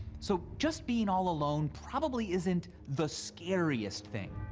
so just being all alone probably isn't the scariest thing.